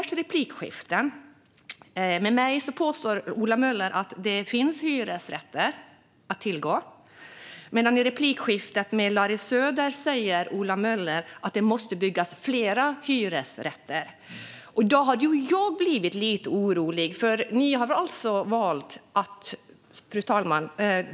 I sitt replikskifte med mig påstår Ola Möller att det finns hyresrätter att tillgå, men i replikskiftet med Larry Söder säger Ola Möller att det måste byggas fler hyresrätter. Då hade jag blivit lite orolig, fru talman.